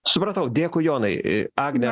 supratau dėkui jonai agne